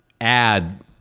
add